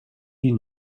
die